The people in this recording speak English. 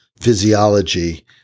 physiology